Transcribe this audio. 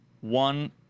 One